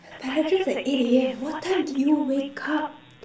my lecture at eight A_M what time do you wake up